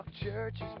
Churches